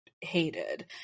hated